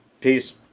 Peace